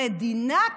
המדינה,